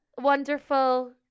wonderful